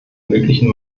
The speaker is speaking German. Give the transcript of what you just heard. möglichen